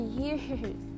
years